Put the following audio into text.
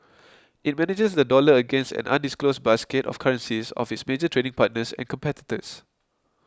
it manages the dollar against an undisclosed basket of currencies of its major trading partners and competitors